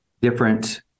different